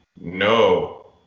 No